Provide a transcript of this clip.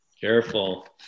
Careful